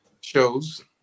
Shows